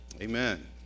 Amen